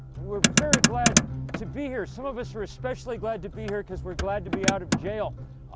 we're very glad to be here, some of us are especially glad to be here because we're glad to be out of jail